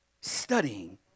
studying